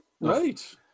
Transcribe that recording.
right